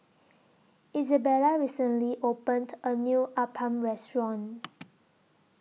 Izabella recently opened A New Appam Restaurant